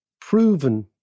proven